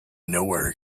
nowhere